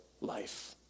life